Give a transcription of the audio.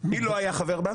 כי הוא חוק טוב.